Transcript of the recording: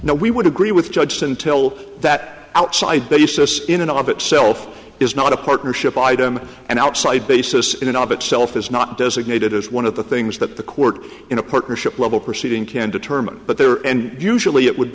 now we would agree with judge in till that outside basis in and of itself is not a partnership item and outside basis in an op itself is not designated as one of the things that the court in a partnership will proceeding can determine but there and usually it would